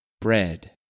bread